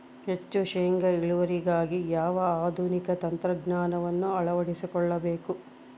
ಹೆಚ್ಚು ಶೇಂಗಾ ಇಳುವರಿಗಾಗಿ ಯಾವ ಆಧುನಿಕ ತಂತ್ರಜ್ಞಾನವನ್ನು ಅಳವಡಿಸಿಕೊಳ್ಳಬೇಕು?